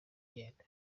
ugenda